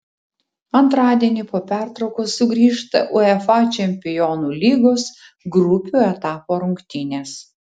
antradienį po pertraukos sugrįžta uefa čempionų lygos grupių etapo rungtynės